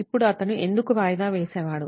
ఇప్పుడు అతను ఎందుకు వాయిదా వేసేవాడు